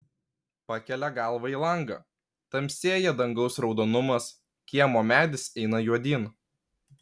pakelia galvą į langą tamsėja dangaus raudonumas kiemo medis eina juodyn